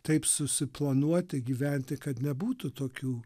taip susiplanuoti gyventi kad nebūtų tokių